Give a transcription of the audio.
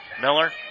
Miller